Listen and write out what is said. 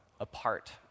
apart